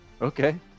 Okay